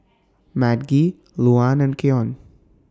Madge Luann and Keyon